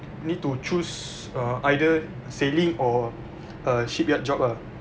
need to choose either sailing or a shipyard job ah